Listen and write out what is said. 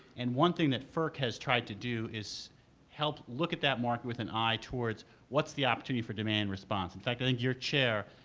and one thing that ferc has tried to do is help look at that market with an eye towards what's the opportunity for demand response. in fact, i think your chair,